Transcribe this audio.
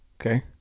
Okay